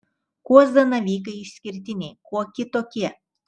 kuo zanavykai išskirtiniai kuo kitokie